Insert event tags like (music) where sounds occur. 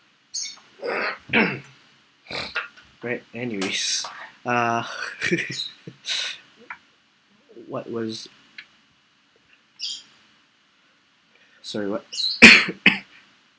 (coughs) (noise) alright anyways uh (laughs) what was sorry what (coughs)